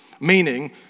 meaning